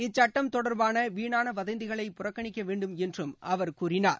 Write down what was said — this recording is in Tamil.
இச்சட்டம் தொடர்பான வீணாண வதந்திகளை புறக்கணிக்க வேண்டும் என்றும் அவர் கூறினார்